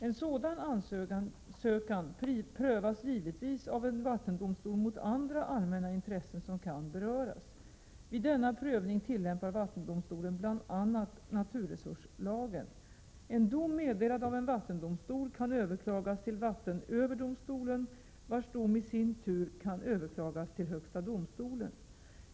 En sådan ansökan prövas givetvis av en vattendomstol mot andra allmänna intressen som kan beröras. Vid denna prövning tillämpar vattendomstolen bl.a. naturresurslagen. En dom meddelad av en vattendomstol kan överklagas till vattenöverdomstolen, vars dom i sin tur kan överklagas till högsta domstolen.